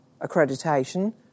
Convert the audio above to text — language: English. accreditation